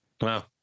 wow